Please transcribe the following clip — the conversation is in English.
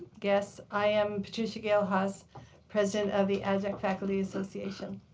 guests, i am patricia gail haase president of the adjunct faculty association.